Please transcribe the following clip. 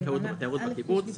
בחקלאות או בתיירות בקיבוץ,